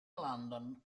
london